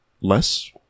less